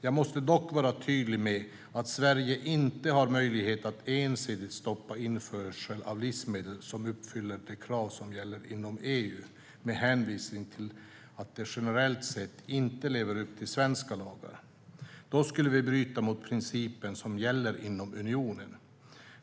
Jag måste dock vara tydlig med att Sverige inte har möjlighet att ensidigt stoppa införsel av livsmedel som uppfyller de krav som gäller inom EU med hänvisning till att de generellt sett inte lever upp till svenska lagar. Då skulle vi bryta mot den princip som gäller inom unionen.